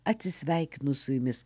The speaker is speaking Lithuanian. atsisveikinu su jumis